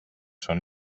són